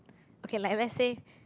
okay like let's say